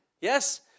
Yes